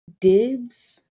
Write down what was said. dibs